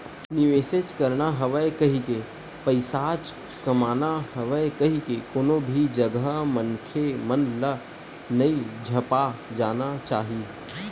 निवेसेच करना हवय कहिके, पइसाच कमाना हवय कहिके कोनो भी जघा मनखे मन ल नइ झपा जाना चाही